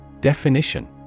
Definition